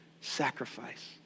sacrifice